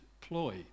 ploy